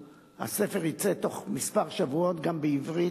הספר יצא בתוך כמה שבועות גם בעברית,